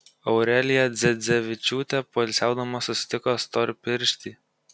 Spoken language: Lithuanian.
aurelija dzedzevičiūtė poilsiaudama susitiko storpirštį